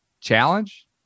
Challenge